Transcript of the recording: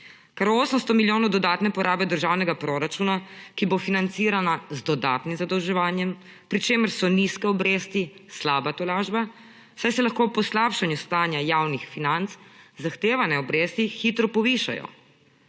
Kar 800 milijonov dodatne porabe državnega proračuna, ki bo financirana z dodatnim zadolževanjem, pri čemer so nizke obresti slaba tolažba, saj se lahko s poslabšanjem stanja javnih financ zahtevane obresti hitro povišajo.